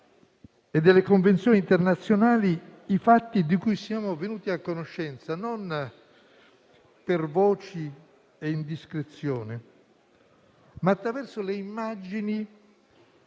e delle convenzioni internazionali, i fatti di cui siamo venuti a conoscenza, non da voci o indiscrezioni, ma attraverso le immagini